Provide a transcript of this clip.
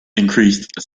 increased